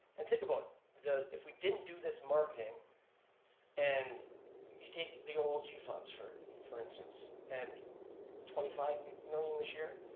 and think about if we didn't do this marketing and you take the olg funds, for for instance, and twenty five and million this year,